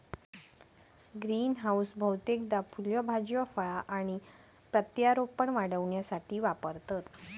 greenhouse बहुतेकदा फुला भाज्यो फळा आणि प्रत्यारोपण वाढविण्यासाठी वापरतत